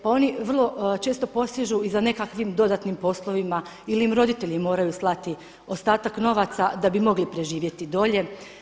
Pa oni vrlo često posežu i za nekakvim dodatnim poslovima ili im roditelji moraju slati ostatak novaca da bi mogli preživjeti dolje.